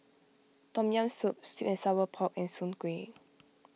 Tom Yam Soup Sweet and Sour Pork and Soon Kueh